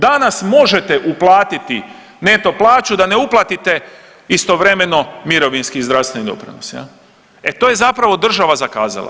Danas možete uplatiti neto plaću da ne uplatite istovremeno mirovinski i zdravstveni doprinos, e to je zapravo država zakazala.